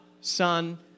Son